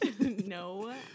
No